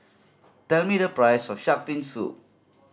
tell me the price of shark fin soup